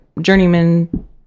journeyman